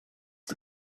the